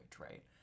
right